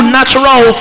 natural